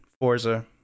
Forza